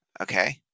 Okay